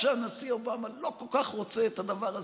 שהנשיא אובמה לא כל כך רוצה את הדבר הזה,